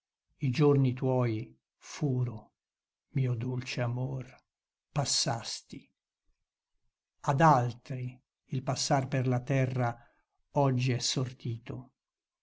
i giorni tuoi furo mio dolce amor passasti ad altri il passar per la terra oggi è sortito